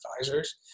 Advisors